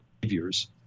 behaviors